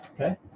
Okay